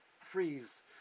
freeze